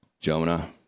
Jonah